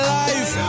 life